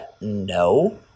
no